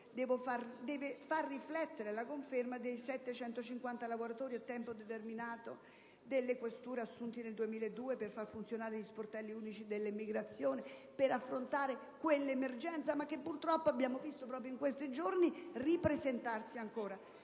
deve far riflettere la conferma dei 650 lavoratori a tempo determinato delle questure, assunti nel 2002 per far funzionare gli sportelli unici dell'immigrazione al fine di affrontare quell'emergenza che, purtroppo, abbiamo visto proprio in questi giorni ripresentarsi ancora.